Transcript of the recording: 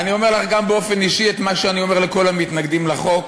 אני אומר לך גם באופן אישי את מה שאני אומר לכל המתנגדים לחוק,